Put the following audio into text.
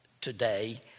today